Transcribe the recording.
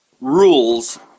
rules